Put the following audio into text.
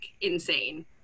insane